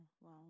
wow